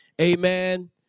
amen